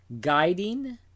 guiding